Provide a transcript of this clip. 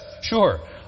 sure